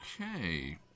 Okay